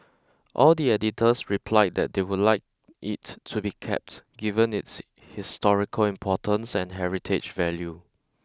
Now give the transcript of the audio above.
all the editors replied that they would like it to be kept given its historical importance and heritage value